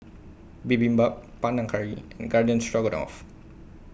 Bibimbap Panang Curry and Garden Stroganoff